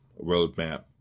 roadmap